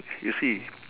you see